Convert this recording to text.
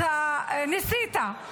--- ניסית,